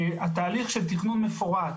התהליך של תכנון מפורט